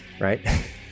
right